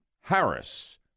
Harris